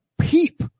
peep